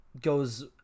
goes